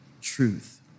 truth